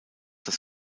das